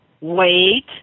wait